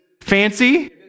fancy